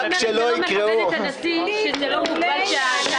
אני אומרת שזה לא מכבד את הנשיא שזה לא מובן שהצעת